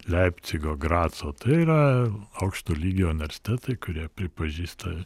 leipcigo graco tai yra aukšto lygio universitetai kurie pripažįsta